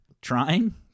trying